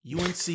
UNC